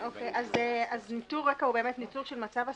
אז ניטור רקע הוא באמת ניטור של מצב הסביבה.